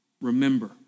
remember